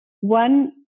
One